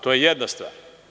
To je jedna stvar.